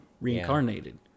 reincarnated